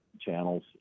channels